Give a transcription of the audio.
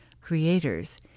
creators